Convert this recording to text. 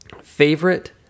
Favorite